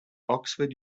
oxford